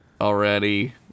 already